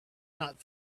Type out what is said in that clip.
not